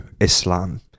islam